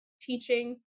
teaching